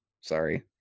sorry